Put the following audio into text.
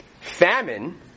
famine